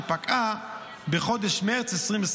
שפקעה בחודש מרץ 2024,